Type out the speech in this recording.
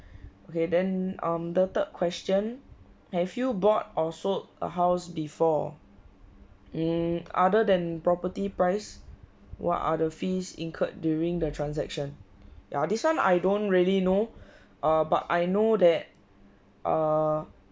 okay then um the third question have you bought or sold a house before mm other than property price what other fees incurred during the transaction yah this one I don't really know ah but I know that err